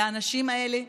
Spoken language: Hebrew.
לאנשים האלה,